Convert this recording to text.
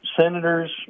senators